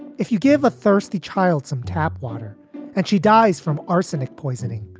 if you give a thirsty child some tap water and she dies from arsenic poisoning,